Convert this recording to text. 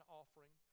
offering